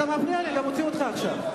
אתה מפריע לי, אני מוציא אותך עכשיו.